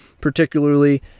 particularly